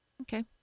okay